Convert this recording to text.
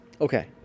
Okay